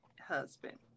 husband